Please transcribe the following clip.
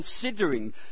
considering